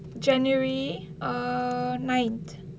january err nine